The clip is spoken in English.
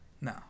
no